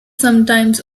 sometimes